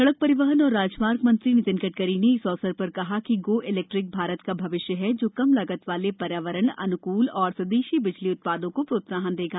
सड़क सरिवहन और राजमार्ग मंत्री नितिन ग करी ने इस अवसर र कहा कि गो इलैक्ट्रिक भारत का भविष्य है जो कम लागत वाले र्यावरण अनुकूल और स्वदेशी बिजली उत्पादों को प्रोत्साहन देगा